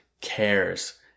cares